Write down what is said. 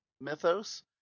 mythos